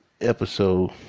episode